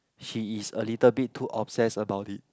she is a little bit too obsessed about it